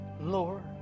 Lord